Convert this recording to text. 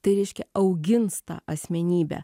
tai reiškia augins tą asmenybę